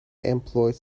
employed